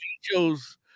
shows